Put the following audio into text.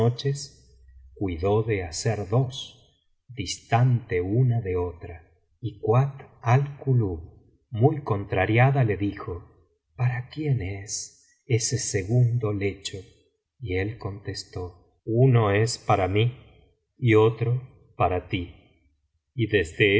cuidó de hacer dos distante una de otra y kuat ál kulub muy contrariada le dijo para quién es ese segundo lecho y él contestó uno es para mí y otro para ti y desde